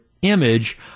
image